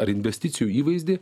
ar investicijų įvaizdį